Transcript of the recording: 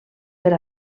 per